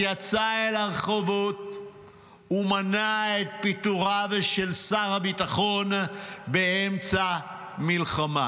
יצא אל הרחובות ומנע את פיטוריו של שר הביטחון באמצע מלחמה.